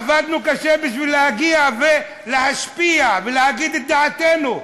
עבדנו קשה בשביל להגיע ולהשפיע ולהגיד את דעתנו.